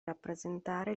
rappresentare